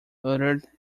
uttered